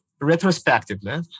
retrospectively